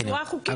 כן, בצורה חוקית.